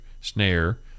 snare